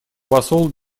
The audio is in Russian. посол